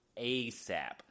asap